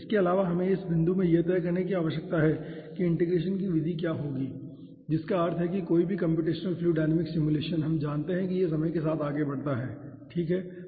इसके अलावा हमें इस बिंदु में यह तय करने की आवश्यकता है कि इंटीग्रेशन की विधि क्या होगी जिसका अर्थ है कि कोई भी कम्प्यूटेशनल फ्लूइड डायनामिक्स सिमुलेशन हम जानते हैं कि यह समय के साथ आगे बढ़ता है ठीक है